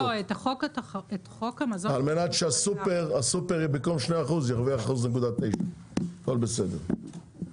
על מנת שהסופר במקום 2% ירוויח 1.9%. הכל בסדר,